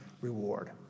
reward